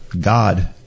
god